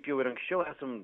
jau ir anksčiau esam